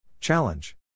Challenge